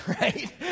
right